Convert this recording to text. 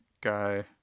guy